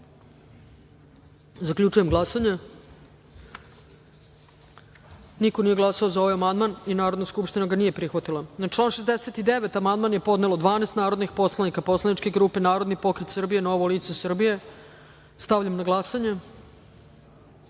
amandman. Zaključujem glasanje: niko nije glasao za ovaj amandman. Narodna skupština ga nije prihvatila. Na član 80. amandman je podnelo 12 narodnih poslanika poslaničke grupe Narodni pokret Srbije – Novo lice Srbije. Stavljam na glasanje